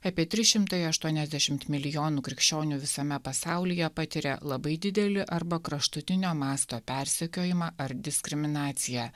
apie trys šimtai aštuoniasdešimt milijonų krikščionių visame pasaulyje patiria labai didelį arba kraštutinio masto persekiojimą ar diskriminaciją